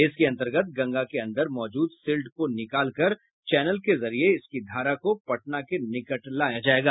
इसके अन्तर्गत गंगा के अंदर मौजूद सिल्ट को निकाल कर चैनल के जरिये इसकी धारा को पटना के निकट लाया जायेगा